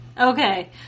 Okay